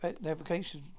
navigation